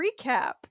recap